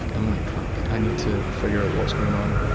i'm like fuck, i need to figure out what's going on,